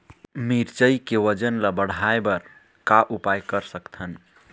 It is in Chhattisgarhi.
मिरचई के वजन ला बढ़ाएं बर का उपाय कर सकथन?